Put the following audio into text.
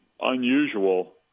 unusual